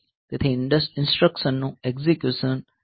તેથી ઇન્સટ્રકશનનું execution conditionally થશે